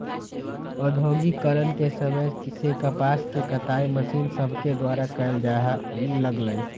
औद्योगिकरण के समय से कपास के कताई मशीन सभके द्वारा कयल जाय लगलई